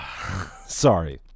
Sorry